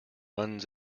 runs